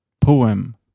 poem